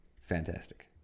Fantastic